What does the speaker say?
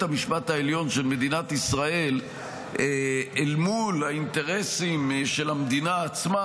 המשפט העליון של מדינת ישראל אל מול האינטרסים של המדינה עצמה,